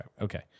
Okay